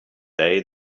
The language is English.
day